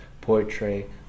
portray